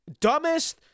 dumbest